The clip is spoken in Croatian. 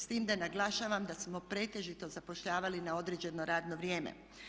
S tim da naglašavam da smo pretežito zapošljavali na određeno radno vrijeme.